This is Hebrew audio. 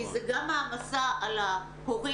כי זה גם מעמסה על ההורים,